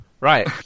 Right